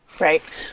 right